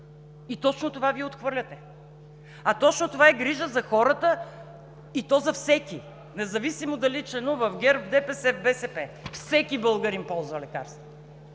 И точно това Вие отхвърляте, а точно това е грижа за хората, и то за всеки, независимо дали членува в ГЕРБ, в ДПС, в БСП – всеки българин ползва лекарства,